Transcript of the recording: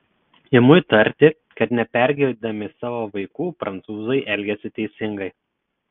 imu įtarti kad nepergirdami savo vaikų prancūzai elgiasi teisingai